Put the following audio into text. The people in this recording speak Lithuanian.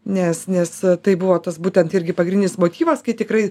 nes nes tai buvo tas būtent irgi pagrindinis motyvas kai tikrai